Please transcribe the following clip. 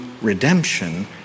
redemption